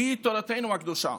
והוא תורתנו הקדושה.